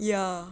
ya